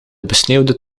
besneeuwde